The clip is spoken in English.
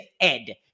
Ed